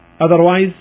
otherwise